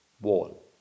wall